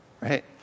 Right